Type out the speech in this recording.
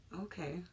Okay